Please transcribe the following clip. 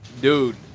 dude